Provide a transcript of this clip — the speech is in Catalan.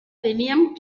teníem